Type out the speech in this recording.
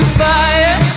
fire